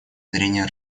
зрения